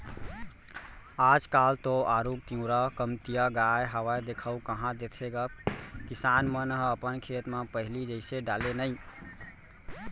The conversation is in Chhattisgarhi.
आज काल तो आरूग तिंवरा कमतिया गय हावय देखाउ कहॉं देथे गा किसान मन ह अपन खेत म पहिली जइसे डाले नइ